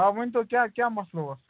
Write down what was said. آ ؤنۍ تو کیٛاہ کیٛاہ مَسلہ اوس